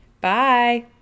Bye